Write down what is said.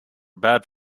bad